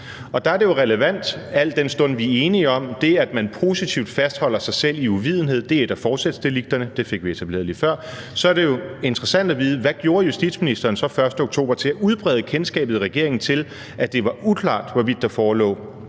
Og der er det jo, al den stund vi er enige om, at det, at man positivt fastholder sig selv i uvidenhed, er et af forsætsdelikterne – det fik vi etableret lige før – relevant og interessant at vide: Hvad gjorde justitsministeren så den 1. oktober for at udbrede kendskabet i regeringen til, at det var uklart, hvorvidt der forelå